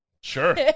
Sure